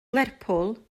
lerpwl